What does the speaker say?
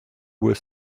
were